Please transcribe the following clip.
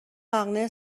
مقنعه